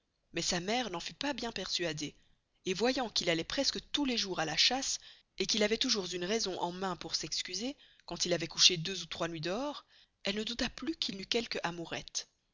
mais sa mere n'en fut pas bien persuadée et voyant qu'il alloit presque tous les jours à la chasse et qu'il avoit toûjours une raison en main pour s'excuser quand il avoit couché deux ou trois nuits dehors elle ne douta plus qu'il n'eut quelque amourette